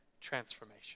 transformation